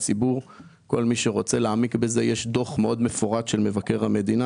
הציבור - יש דוח מאוד מפורט של מבקר המדינה,